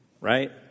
right